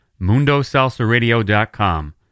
MundoSalsaRadio.com